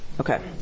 Okay